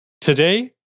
Today